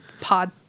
pod